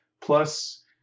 plus